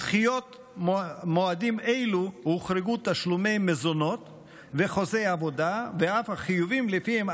מדחיות מועדים אלו הוחרגו תשלומי מזונות וחוזי עבודה ואף החיובים לפיהם,